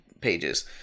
pages